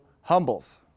humbles